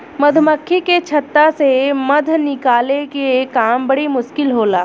मधुमक्खी के छता से मध निकाले के काम बड़ी मुश्किल होला